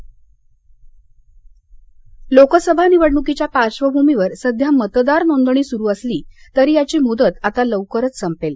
मतदार नोंदणी लोकसभा निवडणुकीच्या पार्श्वभूमीवर सध्या मतदार नोंदणी सुरु असली तरी याची मुदत आता लवकरच संपेल